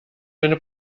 deine